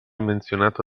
menzionato